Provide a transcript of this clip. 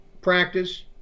practice